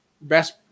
Best